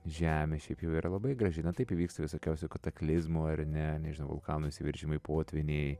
žemė šiaip jau yra labai graži na taip įvyksta visokiausių kataklizmų ar ne nežinau vulkanų išsiveržimai potvyniai